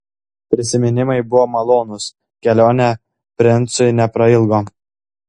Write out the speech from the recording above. prisiminimai buvo malonūs kelionė princui neprailgo